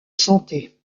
santé